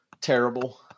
Terrible